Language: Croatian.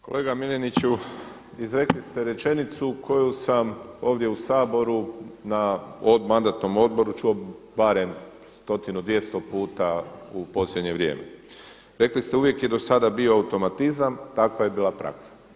Kolega MIljeniću, izrekli ste rečenicu koju sam ovdje u Saboru na mandatnom odboru čuo barem 100, 200 puta u posljednje vrijeme. rekli ste uvijek je do sada bio automatizam, takva je bila praksa.